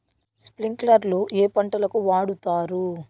స్ప్రింక్లర్లు ఏ పంటలకు వాడుతారు?